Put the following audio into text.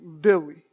Billy